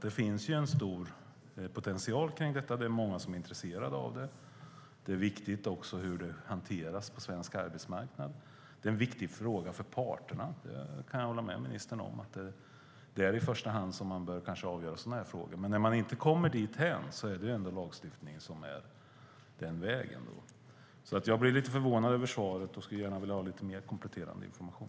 Det finns en stor potential, många är intresserade och det är viktigt hur den hanteras på svensk arbetsmarknad. Det är en viktig fråga för parterna. Jag kan hålla med ministern om att det är parterna som i första hand bör avgöra sådana frågor, men när de inte kommer dithän måste vi gå lagstiftningsvägen. Jag blev lite förvånad över svaret och skulle gärna vilja ha kompletterande information.